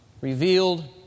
revealed